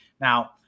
Now